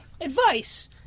advice